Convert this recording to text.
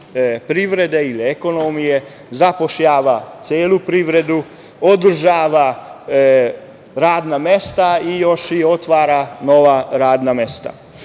privrede ili ekonomije, zapošljava celu privredu, održava radna mesta i još i otvara nova radna